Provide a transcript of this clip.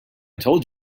told